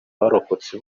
barokotse